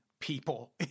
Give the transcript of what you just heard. People